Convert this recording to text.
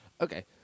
Okay